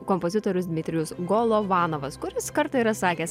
kompozitorius dmitrijus golovanavas kuris kartą yra sakęs